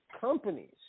companies